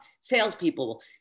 Salespeople